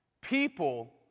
people